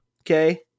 okay